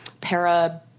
para